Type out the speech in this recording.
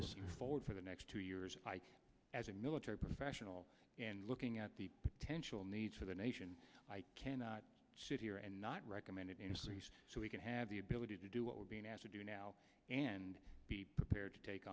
now forward for the next two years as a military professional looking at the potential needs for the nation i cannot sit here and not recommend it so we can have the ability to do what we're being asked to do now and be prepared to take